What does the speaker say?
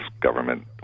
government